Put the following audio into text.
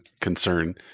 concern